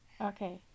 Okay